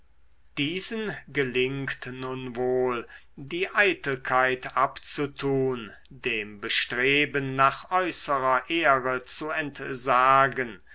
diesen gelingt nun wohl die eitelkeit abzutun dem bestreben nach äußerer ehre zu entsagen